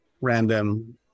random